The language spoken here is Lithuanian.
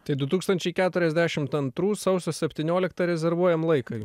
tai du tūkstančiai keturiasdešimt antrų sausio septynioliktą rezervuojam laiką jau